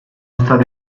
state